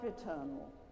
eternal